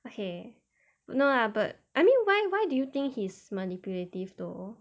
okay no ah but I mean why why do you think he's manipulative though